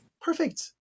perfect